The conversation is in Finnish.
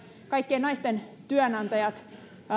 kaikkien naisten työnantajat